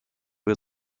wir